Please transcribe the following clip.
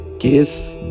case